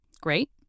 Great